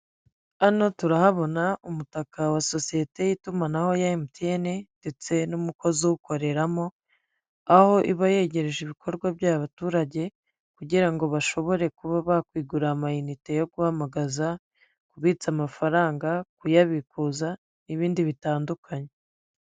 Hano turahabona umutaka wa sosiyete y'itumanaho ya MTN, ndetse n'umukozi uwukoreramo, aho iba yegereje ibikorwa byayo abaturage, kugira ngo bashobore kuba bakwigurira amayinite yo guhamagaza, kubitsa amafaranga, kuyabikuza n'ibindi bitandukanye.